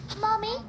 Mommy